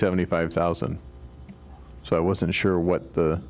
seventy five thousand so i wasn't sure what